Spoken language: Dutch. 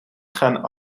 gaan